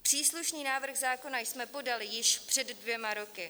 Příslušný návrh zákona jsme podali již před dvěma roky.